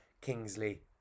Kingsley